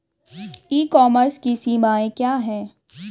ई commerce की सीमाएं क्या हैं?